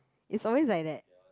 is always like that